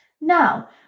Now